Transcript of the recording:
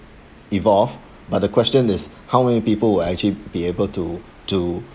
evolve but the question is how many people will actually be able to to